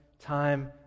time